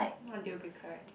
what deal breaker right